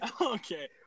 Okay